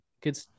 good